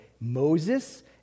Moses